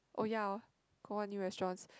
oh ya hor got what new restaurants